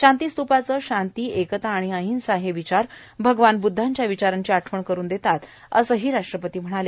शांतीस्त्पाचे शांती एकता आणि अहिंसा हे विचार भगवान ब्दधांच्या विचारांची आठवण करून देतात असंही राष्ट्रपती म्हणाले